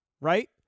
right